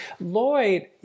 Lloyd